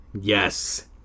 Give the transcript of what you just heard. Yes